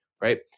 right